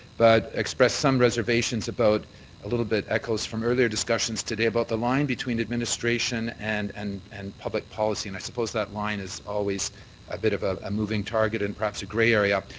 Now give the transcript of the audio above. but express some reservations about a little bit echos from earlier discussions today about the line between administration and and and public policy. and i suppose that line is always a bit of a moving target and perhaps a gray area.